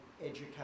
education